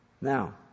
Now